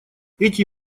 эти